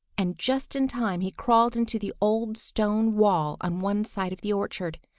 and just in time he crawled into the old stone wall on one side of the orchard,